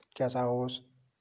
کیاہ سا اوس